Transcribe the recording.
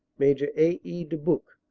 major a. e. dubuc,